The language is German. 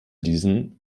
diesen